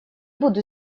буду